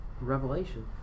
revelation